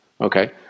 Okay